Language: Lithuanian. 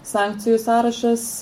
sankcijų sąrašas